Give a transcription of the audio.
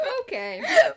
Okay